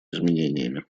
изменениями